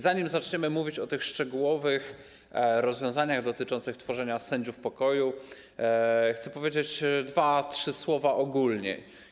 Zanim zaczniemy mówić o szczegółowych rozwiązaniach dotyczących powołania sędziów pokoju, chcę powiedzieć dwa, trzy słowa ogólnie.